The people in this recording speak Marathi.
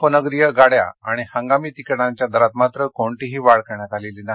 उपनगरीय गाड़या आणि इंगामी तिकिटांच्या दरात मात्र कोणतीही वाढ करण्यात आलेली नाही